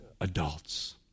adults